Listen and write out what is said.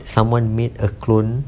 someone made a clone